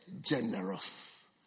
generous